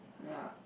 ya